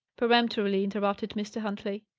peremptorily interrupted mr. huntley.